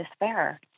despair